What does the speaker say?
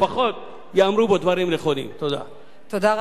תודה רבה לך, השר לשירותי דת, השר יעקב מרגי.